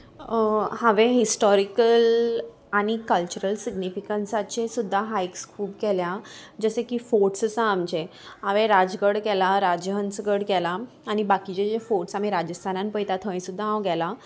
हांवें हिस्टोरिकल आनी कल्चरल सिग्निफिकन्साचे सुद्दा हायक्स खूब केल्या जशें की फोर्ट्स आसा आमचे हांवें राजगड केला राजहंसगड केलां आनी बाकीचे जे फोर्ट्स आमी राजस्थानान पळयतां थंय सुद्दा हांव गेलां